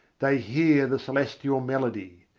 they hear the celestial melody,